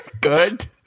good